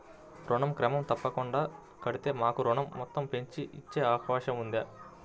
ఋణం క్రమం తప్పకుండా కడితే మాకు ఋణం మొత్తంను పెంచి ఇచ్చే అవకాశం ఉందా?